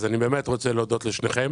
אז אני באמת רוצה להודות לשניכם.